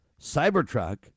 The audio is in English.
Cybertruck